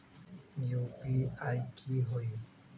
UPI की होई?